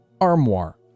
armoire